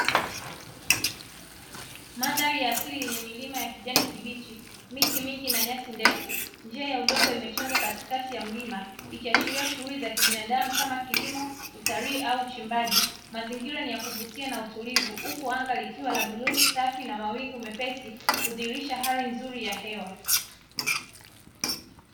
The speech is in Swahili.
Mandhari ya asili yenye milima ya kijani kibichi, miti mingi na nyasi ndefu. Njia ya udongo imechongwa katikati ya milima ikiashiria shughuli za kibinadamu kama kilimo, utalii au uchimbaji. Mazingira ni ya kuvutia na ya utulivu huku anga likiwa la bluu, safi na mawingu mepesi kudhihirisha hali nzuri ya hewa.